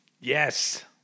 Yes